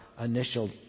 initial